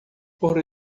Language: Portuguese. por